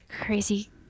crazy